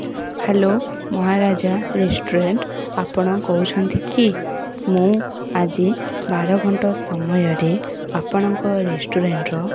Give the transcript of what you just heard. hello Maharaja restaurant ଆପଣ କହୁଛନ୍ତି କି ମୁଁ ଆଜି ବାର ଘଣ୍ଟା ସମୟରେ ଆପଣଙ୍କ ରେଷ୍ଟୁରାଣ୍ଟର